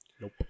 Nope